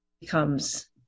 becomes